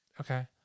Okay